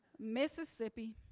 mississippi,